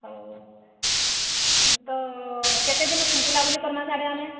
ହେଉ ତ କେତେ ଦିନ୍ ବୁଲା ବୁଲି କରମା ସେଆଡ଼େ ଆମେ